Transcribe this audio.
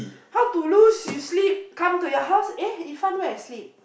how to lose you sleep come to your house eh Ifan where sleep